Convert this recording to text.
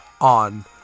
on